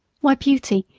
why, beauty!